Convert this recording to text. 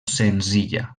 senzilla